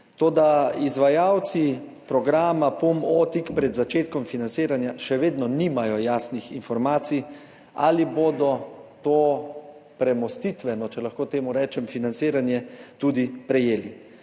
toda izvajalci programa PUM-O pred začetkom financiranja še vedno nimajo jasnih informacij, ali bodo to premostitveno, če lahko temu rečem, financiranje, tudi prejeli.